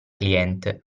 cliente